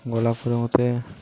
ଗଲାପରେ ମୋତେ